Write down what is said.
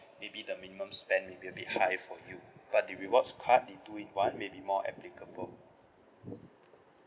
maybe the minimum spend may be a bit high for you but the rewards part the two in one may be more applicable